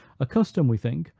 a custom, we think,